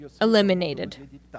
eliminated